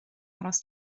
aros